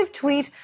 tweet